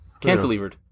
Cantilevered